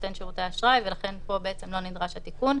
נותן שירותי אשראי ולכן לא נדרש התיקון.